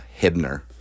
Hibner